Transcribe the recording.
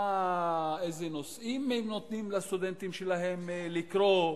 איזה נושאים הם נותנים לסטודנטים שלהם לקרוא,